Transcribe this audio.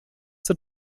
zur